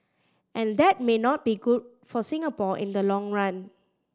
and that may not be good for Singapore in the long run